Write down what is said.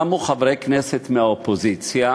קמו חברי כנסת מהאופוזיציה,